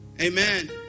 Amen